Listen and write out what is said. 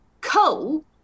Coal